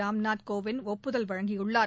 ராம்நாத் கோவிந்த் ஒப்புதல் அளித்துள்ளார்